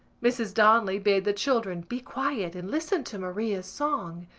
mrs. donnelly bade the children be quiet and listen to maria's song.